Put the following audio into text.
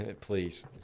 Please